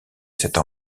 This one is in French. cette